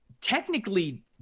technically